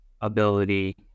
ability